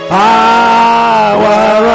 power